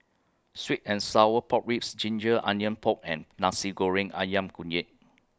Sweet and Sour Pork Ribs Ginger Onions Pork and Nasi Goreng Ayam Kunyit